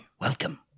welcome